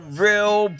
real